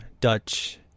Dutch